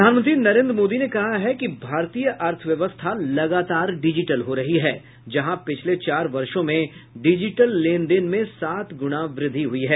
प्रधानमंत्री नरेंद्र मोदी ने कहा है कि भारतीय अर्थव्यवस्था लगातार डिजिटल हो रही है जहां पिछले चार वर्षो में डिजिटल लेन देन में सात गुणा वृद्धि हुई है